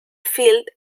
field